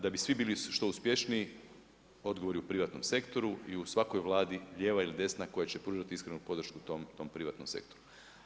Da bi svi bili što uspješniji odgovor je u privatnom sektoru i u svakoj vladi lijeva ili desna koja će pružati iskrenu podršku tom privatnom sektoru.